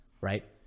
right